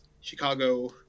Chicago